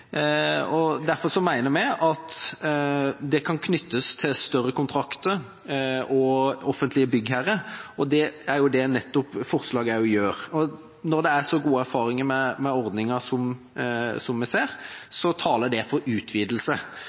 og derfor mener vi at det kan knyttes til større kontrakter og offentlige byggherrer. Det er nettopp det forslaget gjør. Når det er så gode erfaringer med ordninga som vi ser, taler det for utvidelse.